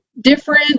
different